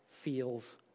feels